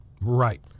Right